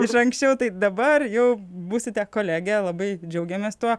iš anksčiau tai dabar jau būsite kolegė labai džiaugiamės tuo